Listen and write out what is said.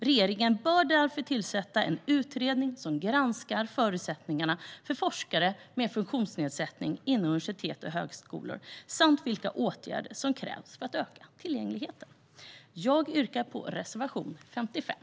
Regeringen bör därför tillsätta en utredning som granskar förutsättningarna för forskare med funktionsnedsättning inom universitet och högskolor samt vilka åtgärder som krävs för att öka tillgängligheten. Jag yrkar bifall till reservation 55.